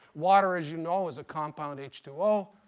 water, as you know, is a compound h two o.